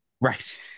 Right